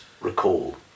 recall